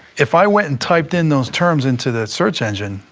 if i went and typed in those terms into the search engine,